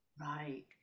right